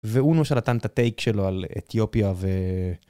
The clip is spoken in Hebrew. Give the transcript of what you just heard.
ואונו שנתן את הטייק שלו על אתיופיה ו...